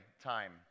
time